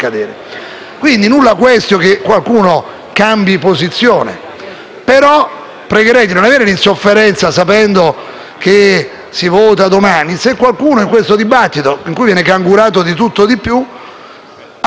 Pregherei però di non mostrare insofferenza, sapendo che si vota domani, se qualcuno in questo dibattito - in cui viene cangurato di tutto e di più - fa considerazioni importanti sul concetto di